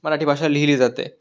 मराठी भाषा लिहिली जाते